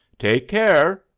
take care!